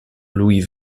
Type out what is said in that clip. louis